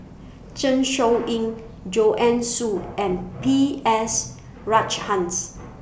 Zeng Shouyin Joanne Soo and B S Rajhans